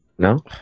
No